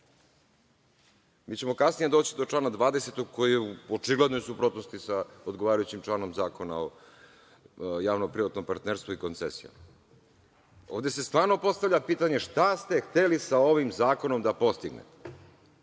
ćemo kasnije doći do člana 20. koji je u očiglednoj suprotnosti sa odgovarajućim članom zakona o javno-privatnom partnerstvu i koncesijama. Ovde se stvarno postavlja pitanje šta ste hteli sa ovim zakonom da postignete.